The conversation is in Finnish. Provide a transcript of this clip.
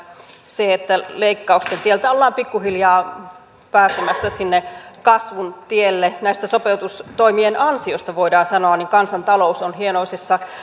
se että leikkausten tieltä ollaan pikkuhiljaa pääsemässä sinne kasvun tielle näiden sopeutustoimien ansiosta voidaan sanoa kansantalous on hienoisessa